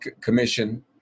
commission